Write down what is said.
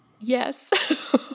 Yes